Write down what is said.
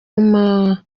w’amaguru